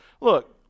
Look